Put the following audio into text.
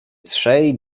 trzej